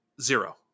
zero